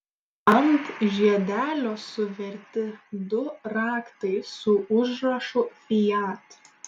ant žiedelio suverti du raktai su užrašu fiat